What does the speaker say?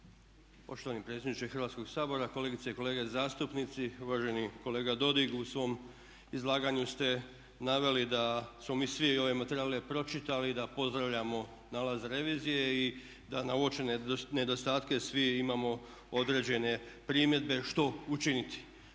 Poštovani predsjedniče Hrvatskog sabora, kolegice i kolege zastupnici, uvaženi kolega Dodig u svom izlaganju ste naveli da smo mi svi ove materijale pročitali, da pozdravljamo nalaz revizije i da na uočene nedostatke svi imamo određene primjedbe što učiniti.